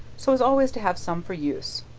so as always to have some for use,